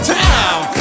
town